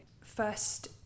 first